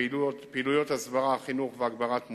פעילויות הסברה, חינוך והגברת מודעות,